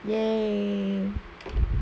!yay!